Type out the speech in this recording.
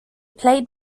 played